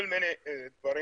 כל מיני דברים,